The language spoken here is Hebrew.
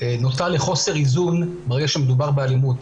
נוטה לחוסר איזון ברגע שמדובר באלימות,